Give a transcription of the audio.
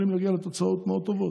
והם יכולים להגיע לתוצאות מאוד טובות.